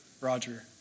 Roger